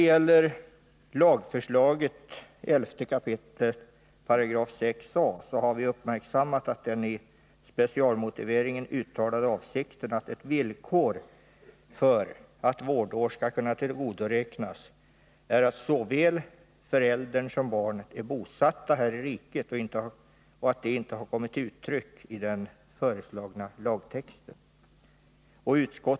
Vi har uppmärksammat att den i specialmotiveringen uttalade avsikten, att ett villkor för att vårdår skall kunna tillgodoräknas är att såväl föräldern som barnet är bosatta här i riket, inte har kommit till uttryck i den föreslagna lagtexten, 11 kap. 6 a §.